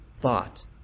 thought